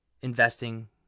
investing